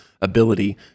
ability